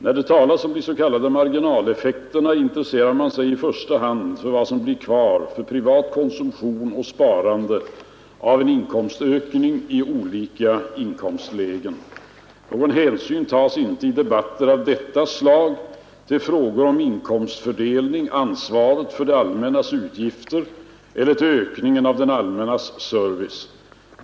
När det talas om de s.k. marginaleffekterna intresserar man sig i första hand för vad som blir kvar för privat konsumtion och sparande av en inkomstökning i olika inkomstlägen. Någon hänsyn tas inte i debatter av detta slag till frågor om inkomstfördelning, ansvaret för det allmännas utgifter eller till ökningen av det allmännas service.